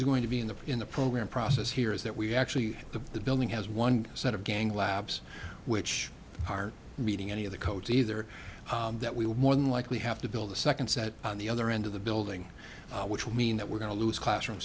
is going to be in the in the program process here is that we actually of the building has one set of gang labs which are meeting any of the codes either that we will more than likely have to build a second set on the other end of the building which will mean that we're going to lose classroom